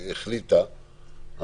החליטה,